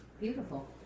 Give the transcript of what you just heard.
Beautiful